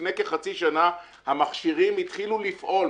לפני כחצי שנה המכשירים התחילו לפעול,